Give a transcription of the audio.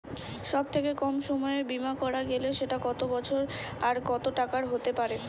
সব থেকে কম সময়ের বীমা করা গেলে সেটা কত বছর আর কত টাকার হতে পারে?